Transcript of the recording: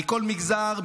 מכל מגזר,